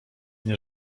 nie